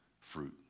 fruit